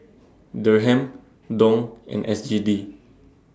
Dirham Dong and S G D